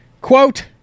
Quote